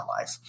life